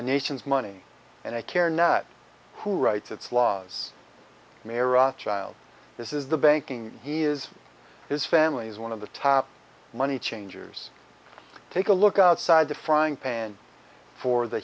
nation's money and i care not who writes it's laws merit child this is the banking he is his family's one of the top money changers take a look outside the frying pan for the